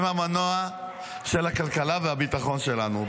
הם המנוע של הכלכלה והביטחון שלנו.